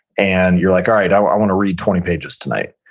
and you're like, all right, i want to read twenty pages tonight.